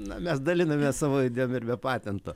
na mes dalinamės savo idėjom ir be patento